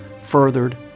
furthered